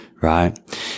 right